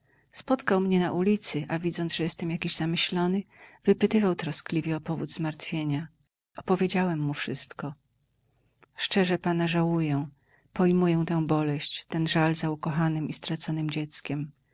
spotkał mnie na ulicy a widząc że jestem jakiś zamyślony wypytywał troskliwie o powód zmartwienia opowiedziałem mu wszystko szczerze pana żałuję pojmuję tę boleść ten żal za ukochanem i straconem dzieckiem